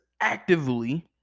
actively